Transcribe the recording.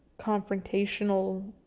confrontational